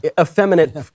Effeminate